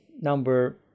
number